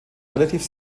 relativ